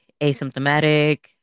asymptomatic